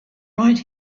right